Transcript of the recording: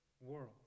world